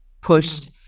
pushed